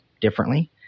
differently